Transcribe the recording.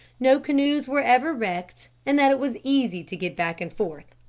no canoes were ever wrecked and that it was easy to get back and forth.